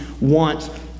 want